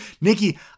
nikki